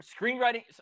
screenwriting